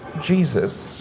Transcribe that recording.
Jesus